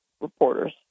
reporters